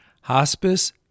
Hospice